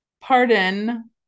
pardon